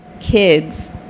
kids